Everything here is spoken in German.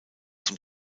zum